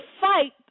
fight